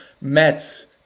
Mets –